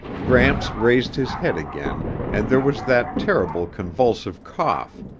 gramps raised his head again and there was that terrible convulsive cough,